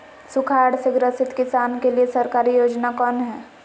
सुखाड़ से ग्रसित किसान के लिए सरकारी योजना कौन हय?